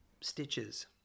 stitches